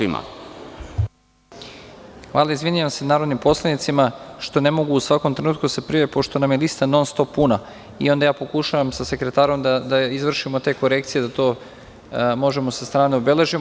Izvinjavam se narodnim poslanicima što ne mogu u svakom trenutku da se prijave, pošto nam je lista non-stop puna i onda pokušavam sa sekretarom da izvršimo te korekcije, da to možemo sa strane da obeležimo.